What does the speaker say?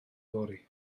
fory